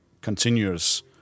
continuous